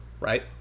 right